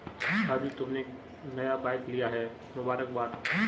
राजू तुमने नया बाइक लिया है मुबारकबाद